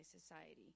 society